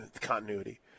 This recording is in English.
continuity